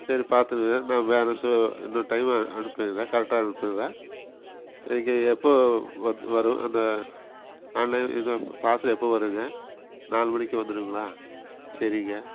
சரி பார்த்துடுங்க நான் வேறு ஸோ இன்னோரு டைமு அ அனுப்பிடுறேன் கரெக்டாக அனுப்பிடுறேன் நீங்கள் எப்போ வந்து வரும் அந்த ஆன்லைன் இது ப பார்சல் எப்போ வரும்ங்க நாலு மணிக்கு வந்துருங்களா சரிங்க